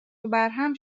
وبرهم